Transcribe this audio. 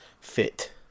fit